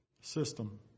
system